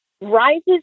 rises